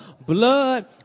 blood